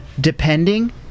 depending